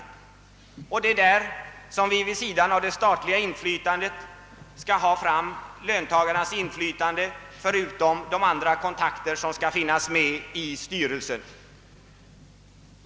Det är i detta avseende som vi vid sidan av det statliga inflytandet skall försöka få fram löntagarnas inflytande förutom de andra kontakter som skall finnas med i styrelsen.